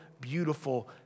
beautiful